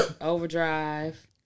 Overdrive